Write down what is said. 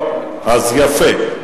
לא, יפה.